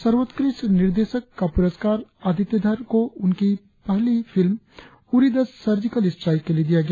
सर्वोकृष्ट निर्देशक का पुरस्कार आदित्य धर को उनकी पहली film Uri the surgical strike के लिए दिया गया